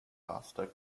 buster